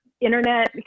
internet